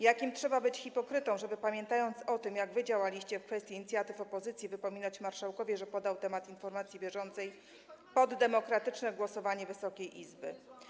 Jakim trzeba być hipokrytą, żeby pamiętając o tym, jak wy działaliście w kwestii inicjatyw opozycji, wypominać marszałkowi, że poddał temat informacji bieżącej pod demokratyczne głosowanie w Wysokiej Izbie?